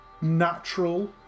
natural